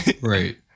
Right